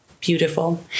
beautiful